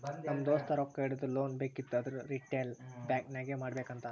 ನಮ್ ದೋಸ್ತ ರೊಕ್ಕಾ ಇಡದು, ಲೋನ್ ಬೇಕಿತ್ತು ಅಂದುರ್ ರಿಟೇಲ್ ಬ್ಯಾಂಕ್ ನಾಗೆ ಮಾಡ್ಬೇಕ್ ಅಂತಾನ್